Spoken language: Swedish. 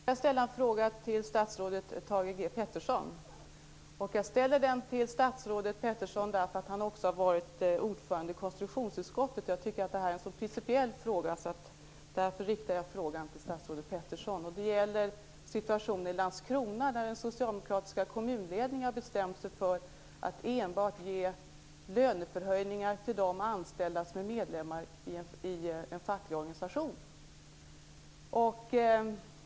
Fru talman! Jag vill ställa en fråga till statsrådet Thage G Peterson. Jag ställer den till statsrådet Peterson därför att han också har varit ordförande i konstitutionsutskottet. Jag tycker att det är en så principiell fråga. Det gäller situationen i Landskrona där den socialdemokratiska kommunledningen har bestämt sig för att ge löneförhöjningar enbart till de anställda som är medlemmar i en facklig organisation.